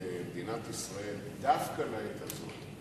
במדינת ישראל דווקא לעת הזאת,